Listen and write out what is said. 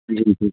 जी जी